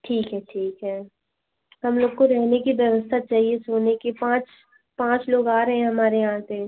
ठीक है ठीक है हम लोग को रहने की व्यवस्था चाहिए सोने की पाँच पाँच लोग आ रहे हैं हमारे यहाँ से